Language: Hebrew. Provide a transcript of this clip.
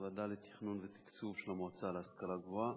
הוועדה לתכנון ולתקצוב של המועצה להשכלה גבוהה,